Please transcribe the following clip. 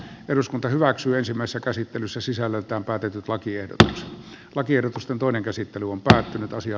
eduskunta ensimmäisessä käsittelyssä sisällöltään päätetyt lakiehdotus lakiehdotusten toinen käsittely on päättynyt osia